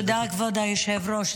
תודה, כבוד היושב-ראש.